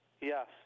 Yes